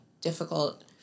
difficult